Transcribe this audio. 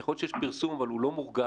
יכול להיות שיש פרסום אבל הוא לא מורגש.